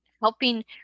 helping